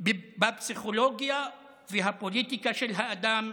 בפסיכולוגיה והפוליטיקה של האדם,